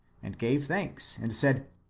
and gave thanks, and said,